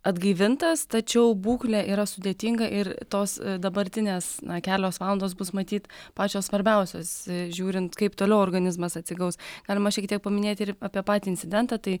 atgaivintas tačiau būklė yra sudėtinga ir tos dabartinės na kelios valandos bus matyt pačios svarbiausios žiūrint kaip toliau organizmas atsigaus galima šiek tiek paminėti ir apie patį incidentą tai